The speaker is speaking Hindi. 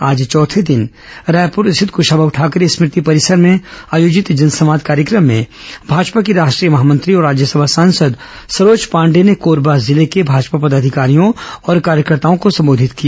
आज चौथे दिन रायपुर स्थित कृशाभाऊ ठाकरे स्मृति परिसर में आयोजित जनसंवाद कार्यक्रम में भाजपा की राष्ट्रीय महामंत्री और राज्यसभा सांसद सरोज पांडेय ने कोरबा जिले के भाजपा पदाधिकारियों और कार्यकर्ताओं को संबोधित किया